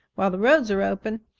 while the roads are open.